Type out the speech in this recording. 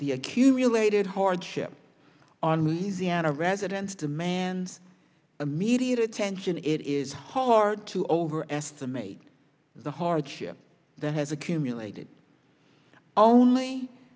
the accumulated hardship on the sierra residents demands immediate attention it is hard to overestimate the hardship that has accumulated only